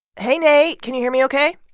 hey, nate. can you hear me ok?